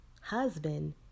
husband